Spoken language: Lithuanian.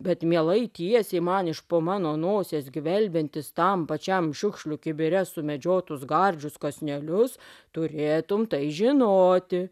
bet mielai tiesiai man iš po mano nosies gvelbiantis tam pačiam šiukšlių kibire sumedžiotus gardžius kąsnelius turėtum tai žinoti